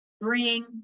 bring